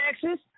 Texas